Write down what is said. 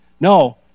No